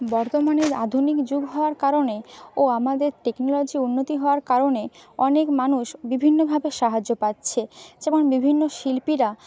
বর্তমানে আধুনিক যুগ হওয়ার কারণে ও আমাদের টেকনোলজি উন্নতি হওয়ার কারণে অনেক মানুষ বিভিন্নভাবে সাহায্য পাচ্ছে যেমন বিভিন্ন শিল্পীরা